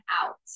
out